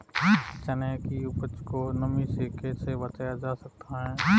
चने की उपज को नमी से कैसे बचाया जा सकता है?